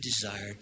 desire